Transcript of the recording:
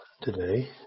today